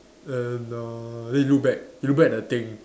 and err then he look back he look back at the thing